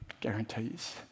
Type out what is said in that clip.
guarantees